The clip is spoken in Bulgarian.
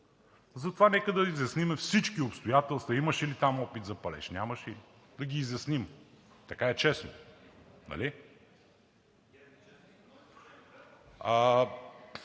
Затова, нека да изясним всички обстоятелства – имаше ли там опит за палеж, нямаше ли? Да ги изясним. Така е честно, нали?!